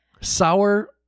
Sour